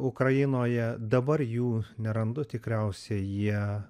ukrainoje dabar jų nerandu tikriausiai jie